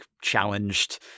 challenged